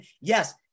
yes